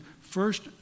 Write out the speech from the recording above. first